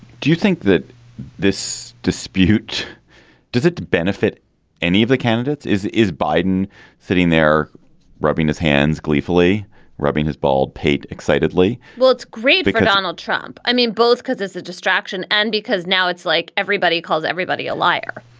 do you think that this dispute does it benefit it benefit any of the candidates? is is biden sitting there rubbing his hands, gleefully rubbing his bald pate excitedly? well, it's great, because donald trump i mean, both because it's a distraction and because now it's like everybody calls everybody a liar.